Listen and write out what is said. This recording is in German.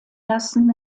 lassen